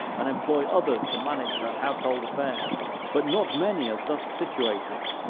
and employ others to manage her household affairs but not many are thus situated